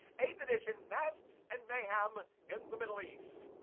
eighth edition masks and mayhem in the middle east.